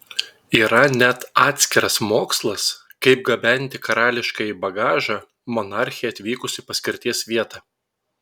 yra net atskiras mokslas kaip gabenti karališkąjį bagažą monarchei atvykus į paskirties vietą